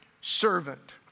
servant